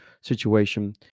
situation